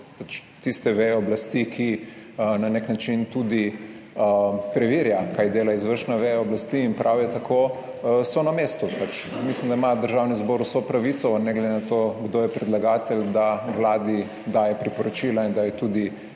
tiste veje oblasti, ki na neki način tudi preverja kaj dela izvršna veja oblasti, in prav je tako, so na mestu. Pač mislim, da ima Državni zbor vso pravico, ne glede na to kdo je predlagatelj, da Vladi daje priporočila in da je tudi